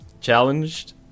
challenged